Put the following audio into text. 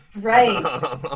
Right